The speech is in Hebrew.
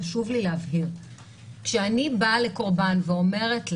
חשוב לי להבהיר שכשאני באה לקורבן ואומרת לה: